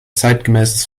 zeitgemäßes